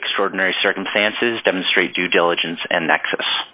extraordinary circumstances demonstrate due diligence and access